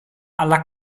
alla